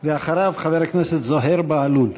ואחריו, חבר הכנסת זוהיר בהלול.